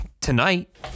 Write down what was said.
Tonight